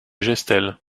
gestel